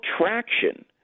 traction